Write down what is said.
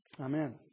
Amen